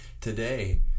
today